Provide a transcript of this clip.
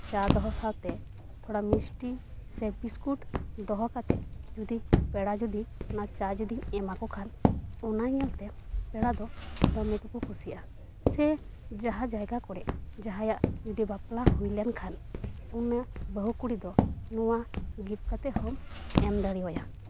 ᱪᱟ ᱫᱚᱦᱚ ᱥᱟᱶ ᱛᱮ ᱛᱷᱚᱲᱟ ᱢᱤᱥᱴᱤ ᱥᱮ ᱵᱤᱥᱠᱩᱴ ᱫᱚᱦᱚ ᱠᱟᱛᱮᱫ ᱡᱩᱫᱤ ᱯᱮᱲᱟ ᱡᱩᱫᱤ ᱚᱱᱟ ᱪᱟ ᱡᱩᱫᱤᱢ ᱮᱢᱟ ᱠᱚ ᱠᱷᱟᱱ ᱚᱱᱟ ᱧᱮᱞ ᱛᱮ ᱯᱮᱲᱟ ᱫᱚ ᱫᱚᱢᱮ ᱜᱮᱠᱚ ᱠᱩᱥᱤᱜᱼᱟ ᱥᱮ ᱡᱟᱦᱟᱸ ᱡᱟᱭᱜᱟ ᱠᱚᱨᱮ ᱡᱟᱦᱟᱭᱟᱜ ᱡᱩᱫᱤ ᱵᱟᱯᱞᱟ ᱦᱩᱭ ᱞᱮᱱ ᱠᱷᱟᱱ ᱚᱱᱟ ᱵᱟ ᱦᱩ ᱠᱩᱲᱤ ᱫᱚ ᱱᱚᱣᱟ ᱜᱤᱯᱴ ᱠᱟᱛᱮᱫ ᱦᱚᱢ ᱮᱢ ᱫᱟᱲᱮᱣᱟᱭᱟ